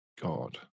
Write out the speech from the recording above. God